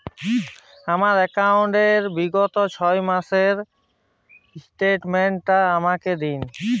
আমার অ্যাকাউন্ট র বিগত ছয় মাসের স্টেটমেন্ট টা আমাকে দিন?